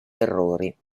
errori